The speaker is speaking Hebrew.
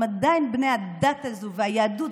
הם עדיין בני הדת הזאת והיהדות,